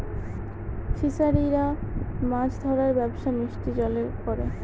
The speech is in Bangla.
ফিসারিরা মাছ ধরার ব্যবসা মিষ্টি জলে করে